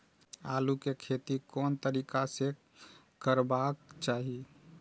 आलु के खेती कोन तरीका से करबाक चाही?